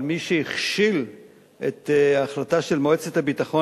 אבל מי שהכשיל את ההחלטה של מועצת הביטחון